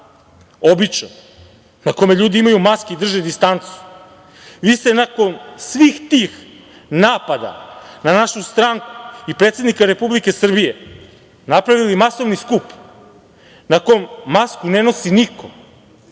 običan na kome ljudi imaju maske i drže distancu, vi ste nakon svih tih napada na našu stranku i predsednika Republike Srbije napravili masovni skup na kom masku ne nosi niko,